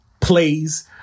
plays